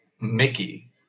Mickey